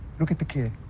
look at the kid.